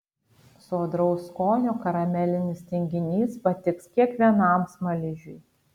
sodraus skonio karamelinis tinginys patiks kiekvienam smaližiui